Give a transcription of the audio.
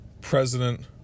president